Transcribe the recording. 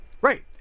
Right